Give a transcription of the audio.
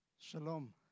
Shalom